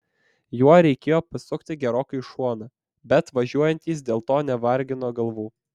juo reikėjo pasukti gerokai į šoną bet važiuojantys dėl to nevargino galvų